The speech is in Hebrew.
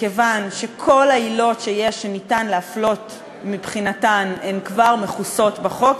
מכיוון שכל העילות שניתן להפלות מבחינתן כבר מכוסות בחוק,